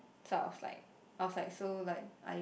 so I was like I was like so like I